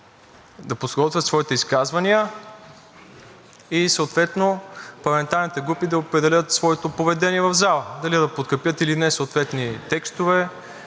да подготвят своите изказвания и съответно парламентарните групи да определят своето поведение в залата – дали да подкрепят или не съответни текстове,